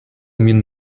min